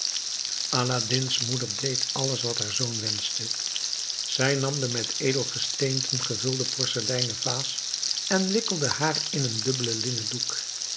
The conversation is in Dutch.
aladdin's moeder deed alles wat haar zoon wenschte zij nam de met edelgesteenten gevulde porseleinen vaas en wikkelde haar in een dubbelen linnen doek